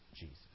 Jesus